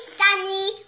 sunny